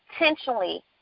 intentionally